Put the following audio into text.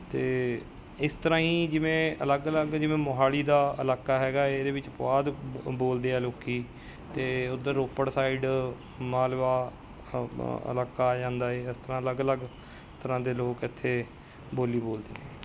ਅਤੇ ਇਸ ਤਰ੍ਹਾਂ ਹੀ ਜਿਵੇਂ ਅਲੱਗ ਅਲੱਗ ਜਿਵੇਂ ਮੋਹਾਲੀ ਦਾ ਇਲਾਕਾ ਹੈਗਾ ਏ ਇਹਦੇ ਵਿੱਚ ਪੁਆਧ ਬ ਬੋਲਦੇ ਹੈ ਲੋਕੀ ਅਤੇ ਉੱਧਰ ਰੋਪੜ ਸਾਈਡ ਮਾਲਵਾ ਇਲਾਕਾ ਆ ਜਾਂਦਾ ਏ ਇਸ ਤਰ੍ਹਾਂ ਅਲੱਗ ਅਲੱਗ ਤਰ੍ਹਾਂ ਦੇ ਲੋਕ ਇੱਥੇ ਬੋਲੀ ਬੋਲਦੇ ਨੇ